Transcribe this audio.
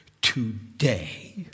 today